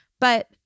but-